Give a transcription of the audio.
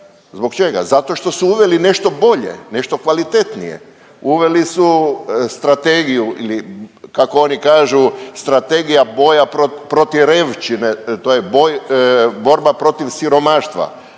Zbog čega? Zato što su uveli nešto bolje, nešto kvalitetnije, uveli su strategiju ili kako oni kažu, strategija boja .../Govornik se ne razumije./... to je borba protiv siromaštva,